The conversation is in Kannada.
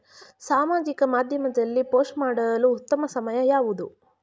ಸಾಮಾಜಿಕ ಮಾಧ್ಯಮದಲ್ಲಿ ಪೋಸ್ಟ್ ಮಾಡಲು ಉತ್ತಮ ಸಮಯ ಯಾವುದು?